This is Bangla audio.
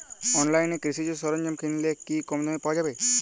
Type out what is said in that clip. অনলাইনে কৃষিজ সরজ্ঞাম কিনলে কি কমদামে পাওয়া যাবে?